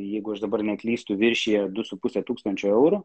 jeigu aš dabar neatlyžtu viršija du su puse tūkstančio eurų